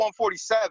147